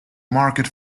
market